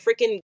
freaking